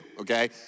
okay